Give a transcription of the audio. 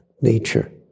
nature